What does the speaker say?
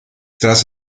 tras